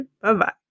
Bye-bye